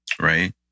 right